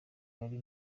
yari